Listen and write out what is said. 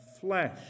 flesh